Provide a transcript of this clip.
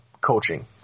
coaching